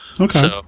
Okay